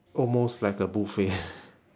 almost like a buffet